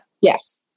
yes